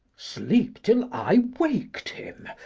sleep till i wak'd him,